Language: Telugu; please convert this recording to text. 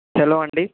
హలో అండి